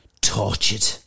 tortured